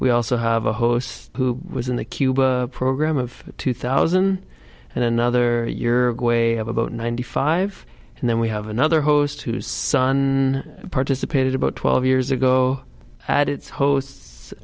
we also have a host who was in the cuba program of two thousand and another way of about ninety five and then we have another host whose son participated about twelve years ago and it's hosts